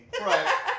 right